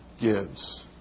gives